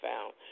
found